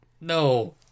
No